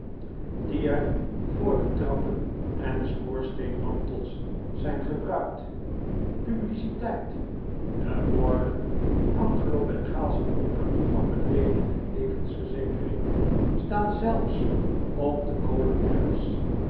die er voor de trappen en schoorsteenmantels zijn gebruikt publiciteit de worden anglobengaalsche compagnie van beleening en levensverzekering staan zelfs op de